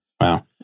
wow